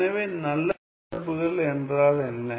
எனவே நல்ல சார்புகள் என்றால் என்ன